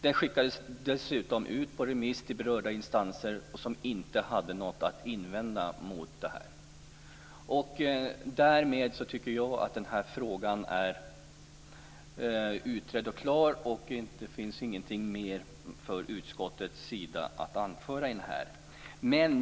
Den skickades dessutom ut på remiss till berörda instanser som inte hade någonting att invända mot detta. Därmed tycker jag att den här frågan är utredd och klar. Det finns ingenting mer från utskottets sida att anföra.